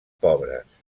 pobres